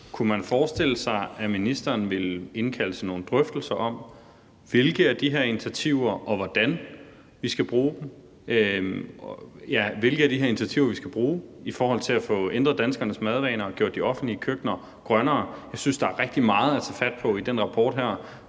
Kunne man forestille sig, at ministeren ville indkalde til nogle drøftelser om, hvilke af de her initiativer vi skal bruge i forhold til at få ændret danskernes madvaner og gjort de offentlige køkkener grønnere? Jeg synes, der er rigtig meget i den her rapport at